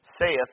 saith